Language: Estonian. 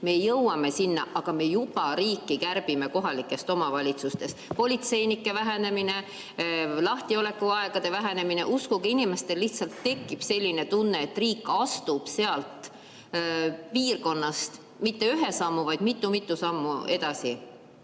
me jõuame sinna, aga juba me kärbime riiki kohalikes omavalitsustes. Politseinike hulga vähendamine, lahtiolekuaegade vähendamine – uskuge, inimestel lihtsalt tekib selline tunne, et riik astub sealt piirkonnast mitte ühe sammu, vaid mitu-mitu sammu edasi.